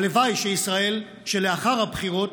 הלוואי שישראל שלאחר הבחירות,